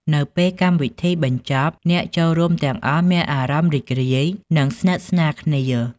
នៅពេលកម្មវិធីបញ្ចប់ អ្នកចូលរួមទាំងអស់មានអារម្មណ៍រីករាយ និងស្និទស្នាលគ្នា។